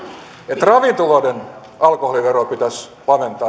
että ravintoloiden alkoholiveroa pitäisi alentaa